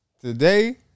today